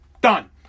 Done